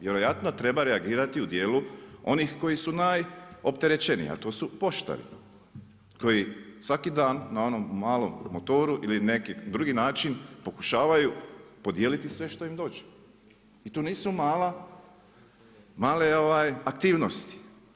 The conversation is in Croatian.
Vjerojatno treba reagirati u dijelu onih koji su najopterećenija a to su poštari, koji svaki dan, na onom malom motoru, ili na neki drugi način, pokušavaju podijeliti sve što im dođe i to nisu male aktivnosti.